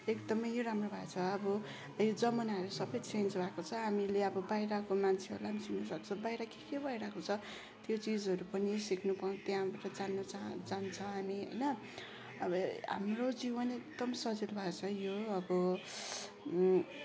एकदमै राम्रो भएछ अब यो जमानाहरू सबै चेन्ज भएको छ हामीले अब बाहिरको मान्छेहरूलाई चिन्न सक्छौँ बाहिर के के भइरहेको छ त्यो चिजहरू पनि सिक्नु पाउनु त्यहाँबाट जान्नु चाहन्छ हामी होइन अब हाम्रो जीवन एकदम सजिलो भएको छ यो अब